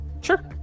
Sure